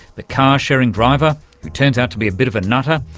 the car-sharing driver who turns out to be a bit of a nutter,